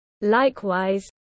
Likewise